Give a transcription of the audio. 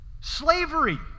Slavery